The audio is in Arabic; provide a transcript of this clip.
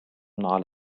على